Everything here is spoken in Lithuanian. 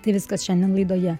tai viskas šiandien laidoje